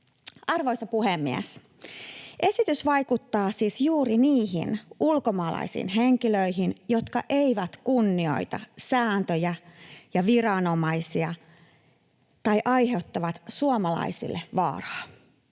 Arvoisa puhemies! Esitys vaikuttaa siis juuri niihin ulkomaalaisiin henkilöihin, jotka eivät kunnioita sääntöjä eivätkä viranomaisia tai aiheuttavat suomalaisille vaaraa.